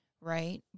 right